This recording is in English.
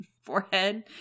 forehead